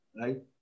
Right